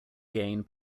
gain